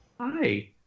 Hi